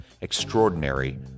extraordinary